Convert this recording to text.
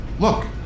Look